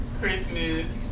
Christmas